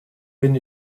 bin